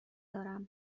دارم